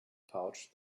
pouch